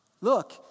Look